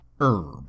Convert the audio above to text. herb